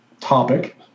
topic